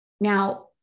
now